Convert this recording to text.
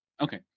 Okay